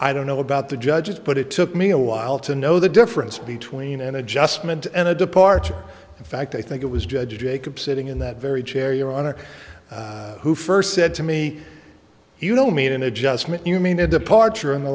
i don't know about the judges but it took me a while to know the difference between an adjustment and a departure in fact i think it was judge jacob sitting in that very chair your honor who first said to me you know made an adjustment you mean a departure in the